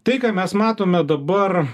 tai ką mes matome dabar